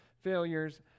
failures